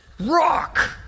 rock